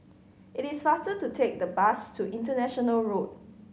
it is faster to take the bus to International Road